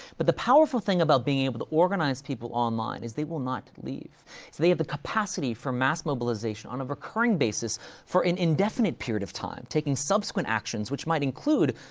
but the powerful thing about being able to organize people online is they will not leave. so they have the capacity for mass-mobilization on a recurring basis for an indefinite period of time, taking subsequent actions which might include,